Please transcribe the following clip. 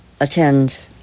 attend